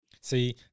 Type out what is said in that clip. See